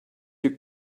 your